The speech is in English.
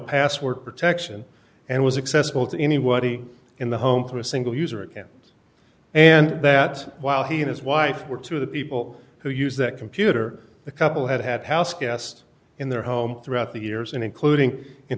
password protection and was accessible to anyone in the home through a single user account and that while he and his wife were to the people who use that computer the couple had had houseguest in their home throughout the years and including in